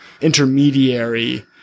intermediary